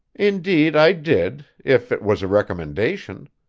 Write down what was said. indeed i did, if it was a recommendation.